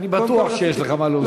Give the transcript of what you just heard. אני בטוח שיש לך מה להוסיף.